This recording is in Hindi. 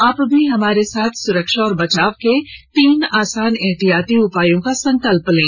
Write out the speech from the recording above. आप भी हमारे साथ सुरक्षा और बचाव के तीन आसान एहतियाती उपायों का संकल्प लें